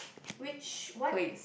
which what